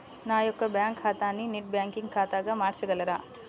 నా యొక్క బ్యాంకు ఖాతాని నెట్ బ్యాంకింగ్ ఖాతాగా మార్చగలరా?